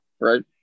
right